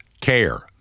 care